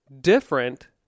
different